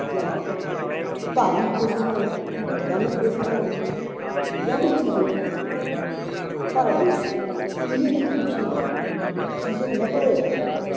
जां धार्मक प्लेसिस होन जां मैदानिक प्लेसिस होन जां बीचिस होन भारत देश च इ'यै जेही खूबसूरत चीजें कन्नै भरोए दा ऐ